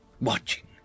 watching